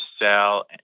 sell